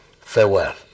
farewell